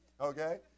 okay